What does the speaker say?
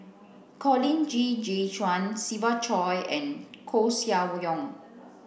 Colin Qi Zhe Quan Siva Choy and Koeh Sia Yong